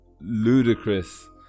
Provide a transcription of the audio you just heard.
ludicrous